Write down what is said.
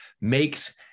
makes